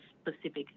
specific